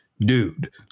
dude